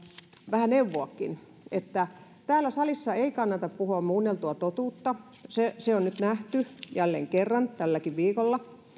vähän neuvoakin täällä salissa ei kannata puhua muunneltua totuutta se on nähty jälleen kerran tälläkin viikolla